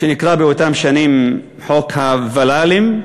שנקרא באותן שנים חוק הוול"לים,